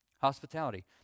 Hospitality